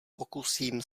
pokusím